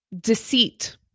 deceit